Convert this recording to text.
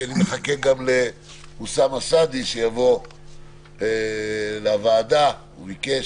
כי אני מחכה לאוסמה סעדי שיבוא לוועדה הוא ביקש.